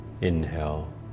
inhale